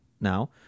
now